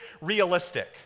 realistic